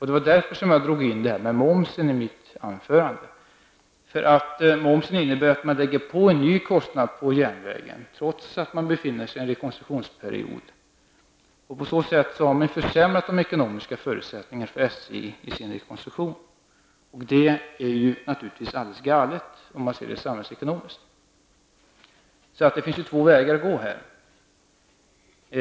Det var därför jag tog upp frågan om momsen i mitt anförande. Momsen innebär att man lägger på en ny kostnad på järnvägen trots att den befinner sig i en rekonstruktionsperiod. På så sätt har man försämrat de ekonomiska förutsättningarna för SJs rekonstruktion. Det är naturligtvis alldeles galet, sett ur samhällsekonomisk synvinkel! Det finns två vägar att gå.